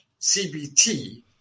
CBT